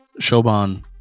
Shoban